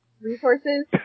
resources